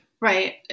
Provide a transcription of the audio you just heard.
Right